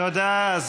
תודה.